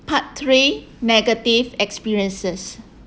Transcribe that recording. part three negative experiences